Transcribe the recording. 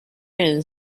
and